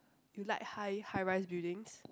you like high high rise buildings